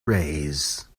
raise